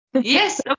Yes